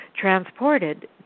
transported